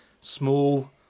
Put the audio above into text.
small